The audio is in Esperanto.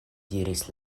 diris